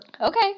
Okay